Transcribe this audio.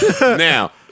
Now